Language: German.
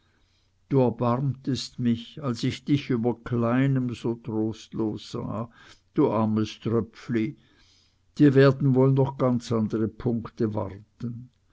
du erbarmtest mich als ich dich über kleinem so trostlos sah du armes tröpfli dir werden wohl noch ganz andere punkte warten